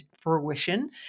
fruition